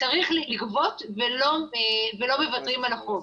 צריך לגבות ולא מוותרים על החוב.